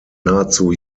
nahezu